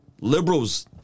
Liberals